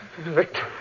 Victor